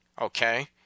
Okay